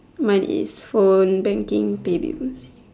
mine is phone banking pay bills